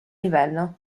livello